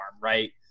right